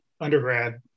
undergrad